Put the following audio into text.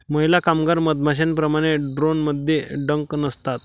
महिला कामगार मधमाश्यांप्रमाणे, ड्रोनमध्ये डंक नसतात